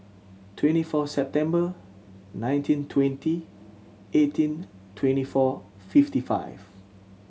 twenty four September nineteen twenty eighteen twenty four fifty five